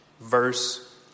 verse